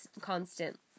constant